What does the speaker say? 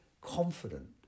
confident